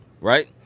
right